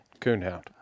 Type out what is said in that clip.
coonhound